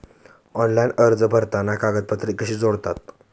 Online अर्ज भरताना कागदपत्रे कशी जोडावीत?